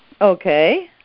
Okay